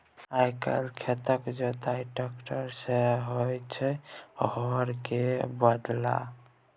आइ काल्हि खेतक जोताई टेक्टर सँ होइ छै हर केर बदला